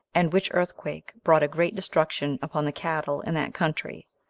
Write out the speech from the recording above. and which earthquake brought a great destruction upon the cattle in that country.